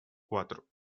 cuatro